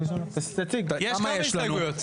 כמה יש לנו?